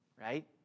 Right